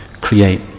create